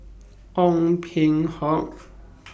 Ong Peng Hock